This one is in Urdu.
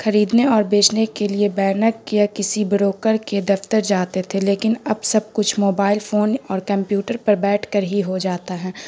خریدنے اور بیچنے کے لیے بینک یا کسی بروکر کے دفتر جاتے تھے لیکن اب سب کچھ موبائل فون اور کمپیوٹر پر بیٹھ کر ہی ہو جاتا ہے